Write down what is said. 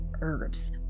herbs